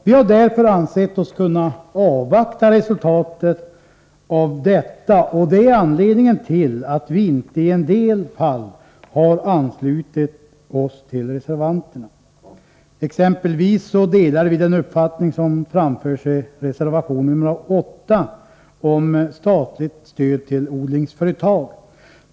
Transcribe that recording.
Vi har därför ansett oss kunna avvakta resultatet av detta, och det är anledningen till att vi i en del fall inte har anslutit oss till reservanterna. Vi delar exempelvis den uppfattning som framförs i reservation nr 8 om statligt stöd till odlingsföretag.